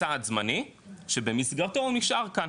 סעד זמני שבמסגרתו הוא נשאר כאן,